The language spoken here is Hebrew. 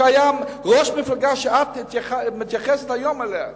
שהיה אותו ראש מפלגה שאת מתייחסת אליה היום.